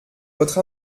votre